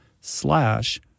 slash